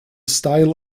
style